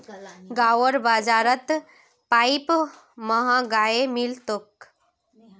गांउर बाजारत पाईप महंगाये मिल तोक